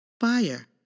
Fire